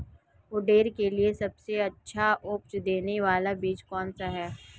उड़द के लिए सबसे अच्छा उपज देने वाला बीज कौनसा है?